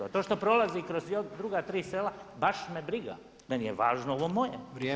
A to što prolazi kroz druga tri sela, baš me briga, meni je važno ovo moje.